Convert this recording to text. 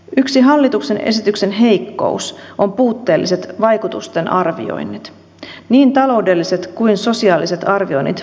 yksi hallituksen esityksen heikkous on puutteelliset vaikutusten arvioinnit niin taloudelliset kuin sosiaalisetkin arvioinnit puuttuvat